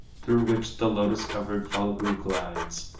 through which the lotus-covered phalgu glides,